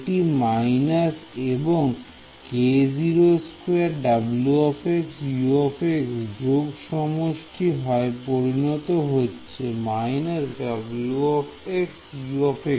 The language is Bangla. এটি মাইনস এবং wu যোগ সমষ্টি হয়ে পরিণত হচ্ছে − wu